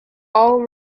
all